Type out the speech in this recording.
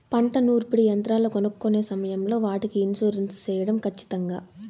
పంట నూర్పిడి యంత్రాలు కొనుక్కొనే సమయం లో వాటికి ఇన్సూరెన్సు సేయడం ఖచ్చితంగా?